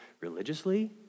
religiously